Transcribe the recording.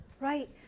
Right